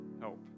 help